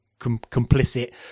complicit